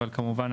אבל כמובן,